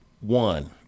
one